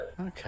Okay